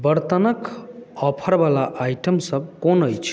बर्तनके ऑफरवला आइटमसभ कोन अछि